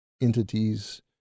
entities